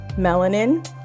melanin